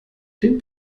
den